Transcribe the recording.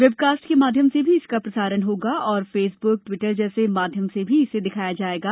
webcast के माध्यम से भी इसका प्रसारण होगा और फेसबुक ट्विटर जैसे माध्यम से भी इसे दिखाएंगे